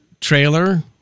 trailer